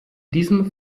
diesem